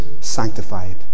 sanctified